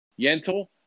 Yentl